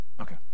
Okay